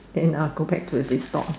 then I will go back to this stall